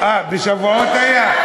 אה, בשבועות היה?